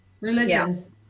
Religions